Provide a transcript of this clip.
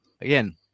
again